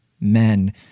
men